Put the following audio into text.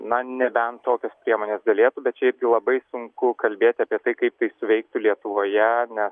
na nebent tokios priemonės galėtų bet šiaip jau labai sunku kalbėti apie tai kaip tai suveiktų lietuvoje nes